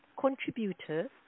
contributor